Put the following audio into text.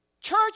Church